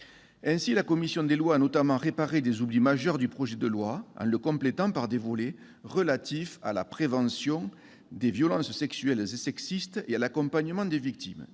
Ainsi, la commission des lois a notamment réparé des oublis majeurs du projet de loi en le complétant par des volets relatifs à la prévention des violences sexuelles et sexistes et à l'accompagnement des victimes,